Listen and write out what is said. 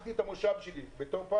לקחתי את המושב שלי כפיילוט.